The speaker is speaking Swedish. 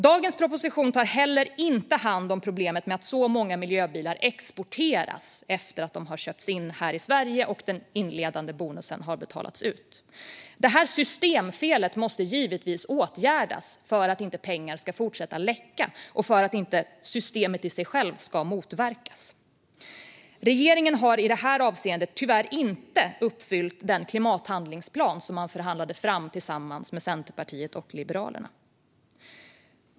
Dagens proposition tar inte heller hand om problemet med att så många miljöbilar exporteras efter att de köpts in här i Sverige och den inledande bonusen har betalats ut. Detta systemfel måste givetvis åtgärdas för att inte pengarna ska fortsätta att läcka och för att systemet i sig självt ska motverkas. Regeringen har i detta avseende tyvärr inte uppfyllt den klimathandlingsplan som man förhandlade fram tillsammans med Centerpartiet och Liberalerna.